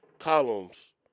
columns